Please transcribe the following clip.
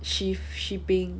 xu xu bing